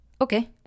Okay